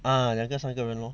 ah 两个三个人 lor